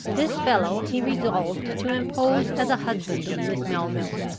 this fellow he resolved to impose as a husband on miss melville,